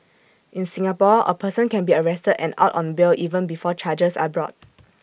in Singapore A person can be arrested and out on bail even before charges are brought